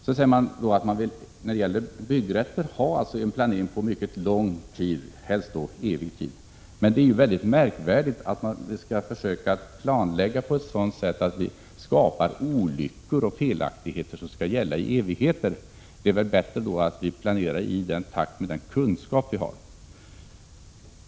Moderaterna säger att man när det gäller byggrätter vill mera ha en planering på mycket lång sikt, helst för evig tid. Det är ju märkligt att man skall försöka planlägga på ett sådant sätt att vi ger upphov till olyckliga beslut och felaktigheter som skall gälla i evigheter. Det är bättre då att vi planerar i takt med den kunskap vi har.